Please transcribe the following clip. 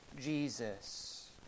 Jesus